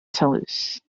toulouse